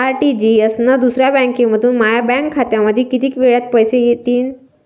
RTGS न दुसऱ्या बँकेमंधून माया बँक खात्यामंधी कितीक वेळातं पैसे येतीनं?